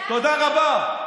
תודה רבה.